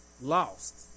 lost